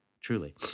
truly